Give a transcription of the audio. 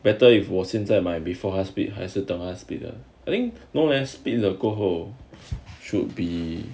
better if 我现在买 before 他 split 还是等他 split 了 I think no leh split 了过后 should be